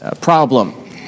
problem